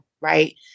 right